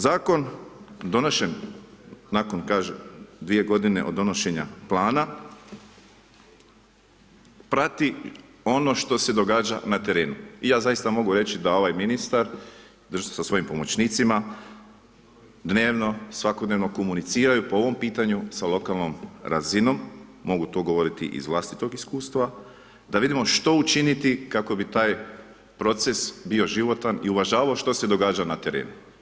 Zakon donošen nakon kažem 2 g. od donošenja plana, prati ono što se događa na terenu i ja zaista mogu reći da ovaj ministar, … sa svojim pomoćnicima, dnevno, svakodnevno komuniciraju po ovom pitanju, sa lokalnom razinom, mogu to govoriti iz vlastitog iskustva, da vidimo što učiniti kako bi taj proces bio životan i uvažavao što se događa na terenu.